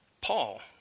Paul